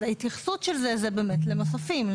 אז ההתייחסות של זה באמת למסופים.